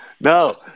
No